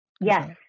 yes